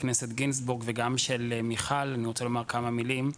גינזבורג וגם של מיכל אני רוצה לומר כמה מילים.